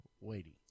waiting